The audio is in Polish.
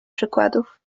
przykładów